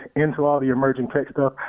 into all the emerging tech stuff,